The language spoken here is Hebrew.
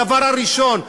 הדבר הראשון,